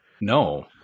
No